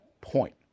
Point